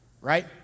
right